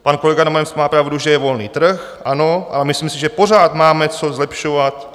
Pan kolega Adamec má pravdu, že je volný trh, ano, ale myslím si, že pořád máme co zlepšovat.